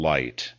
Light